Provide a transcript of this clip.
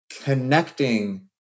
connecting